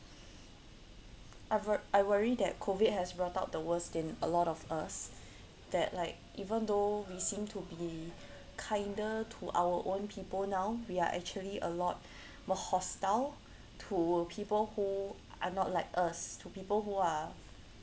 I wor~ I worry that COVID has brought out the worst in a lot of us that like even though we seem to be kinder to our own people now we are actually a lot more hostile to people who are not like us to people who are